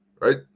Right